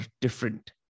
different